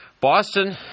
Boston